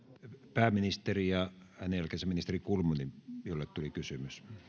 pääministeri ja hänen jälkeensä ministeri kulmuni jolle tuli kysymys